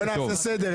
בוא נעשה סדר,